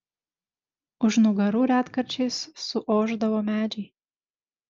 už nugarų retkarčiais suošdavo medžiai